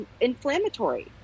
inflammatory